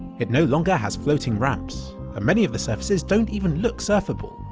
it no longer has floating ramps. and many of the surfaces don't even look surfable.